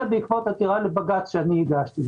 זה בעקבות עתירה לבג"ץ שאני הגשתי.